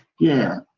yeah.